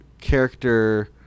character